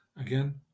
Again